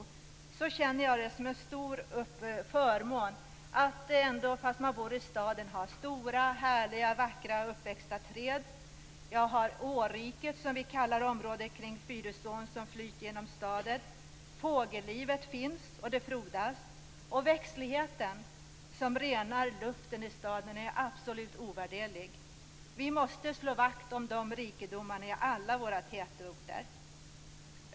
Jag känner det som en stor förmån att det finns stora, härliga, vackra, uppväxta träd fast man bor i staden. Jag har tillgång till å-riket, som vi kallar området kring Fyrisån som flyter genom staden. Fågellivet finns, och det frodas. Växtligheten som renar luften i staden är absolut ovärderlig. Vi måste slå vakt om dessa rikedomar i alla våra tätorter.